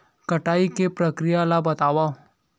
कटाई के प्रक्रिया ला बतावव?